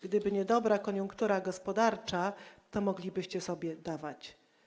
Gdyby nie dobra koniunktura gospodarcza, to moglibyście sobie dawać.